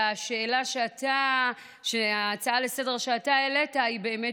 ההצעה לסדר-היום שאתה העלית היא באמת